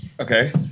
Okay